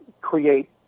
create